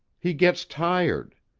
he gets tired.